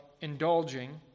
indulging